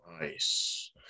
Nice